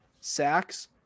sacks